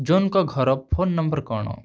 ଜୋନଙ୍କ ଘର phone number କ'ଣ